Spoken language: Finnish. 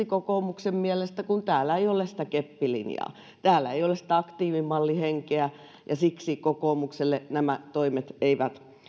kokoomuksen mielestä siksi kun täällä ei ole sitä keppilinjaa täällä ei ole sitä aktiivimallihenkeä ja siksi kokoomukselle nämä toimet eivät